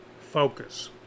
focus